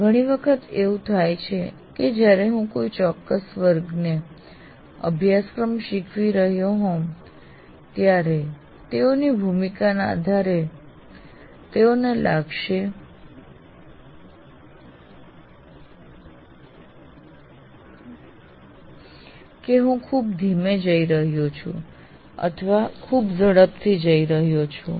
ઘણી વખત એવું થાય છે કે જ્યારે હું કોઈ ચોક્કસ વર્ગને અભ્યાસક્રમ શીખવી રહ્યો હોઉં ત્યારે તેઓની ભૂમિકાને આધારે તેઓને લાગશે કે હું ખૂબ ધીમે જઈ રહ્યો છું અથવા ખૂબ ઝડપથી જઈ રહ્યો છું